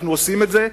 אנחנו עושים את זה,